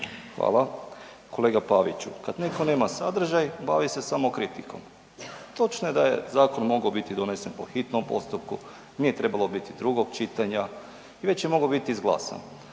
Hvala. Kolega Paviću, kad neko nema sadržaj bavi se samo kritikom. Točno je da je zakon mogao biti donesen po hitnom postupku, nije trebalo biti drugog čitanja i već je mogao biti izglasan,